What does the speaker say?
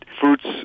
Fruits